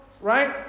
right